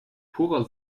purer